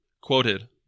Quoted